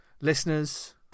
Listeners